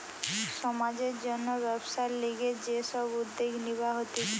সমাজের জন্যে ব্যবসার লিগে যে সব উদ্যোগ নিবা হতিছে